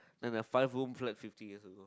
than a five room flat fifty years ago